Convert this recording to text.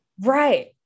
right